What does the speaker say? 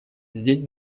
здесь